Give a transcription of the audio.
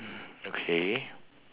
okay